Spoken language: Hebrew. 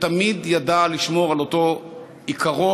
ותמיד ידע לשמור על אותו עיקרון,